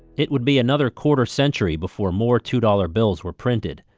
it would be another quarter century before more two dollars bills were printed.